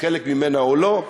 חלק ממנה או לא,